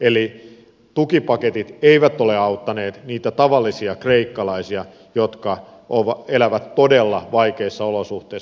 eli tukipaketit eivät ole auttaneet niitä tavallisia kreikkalaisia jotka elävät todella vaikeissa olosuhteissa